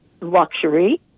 luxury